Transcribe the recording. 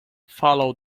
follow